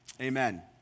amen